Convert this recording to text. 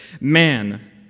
man